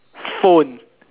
phone